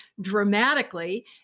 dramatically